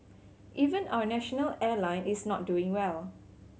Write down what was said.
even our national airline is not doing well